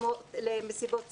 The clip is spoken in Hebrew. למסיבות סיום,